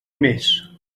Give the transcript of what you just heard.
més